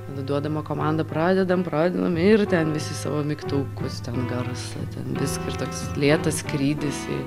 tada duodama komanda pradedam pradedam ir ten visi savo mygtukus ten garsą ten viską ir toks lėtas skrydis į